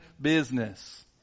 business